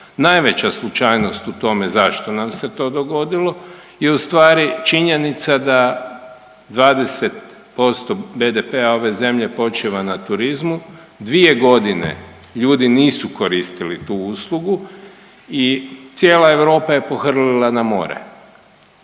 najveća slučajnost u tome zašto nam se to dogodilo je ustvari činjenica da 20% BDP-a ove zemlje počiva na turizmu, 2.g. ljudi nisu koristili tu uslugu i cijela Europa je pohrlila na more